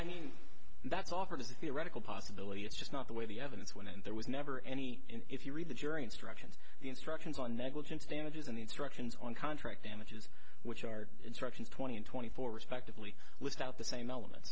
i mean that's offered as a theoretical possibility it's just not the way the evidence when there was never any if you read the jury instructions the instructions on negligence damages and the instructions on contract damages which are instructions twenty and twenty four respectively list out the same element